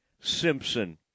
Simpson